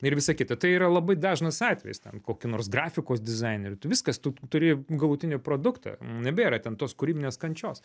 ir visa kita tai yra labai dažnas atvejis ten kokį nors grafikos dizainerį tu viskas tu turi galutinį produktą nebėra ten tos kūrybinės kančios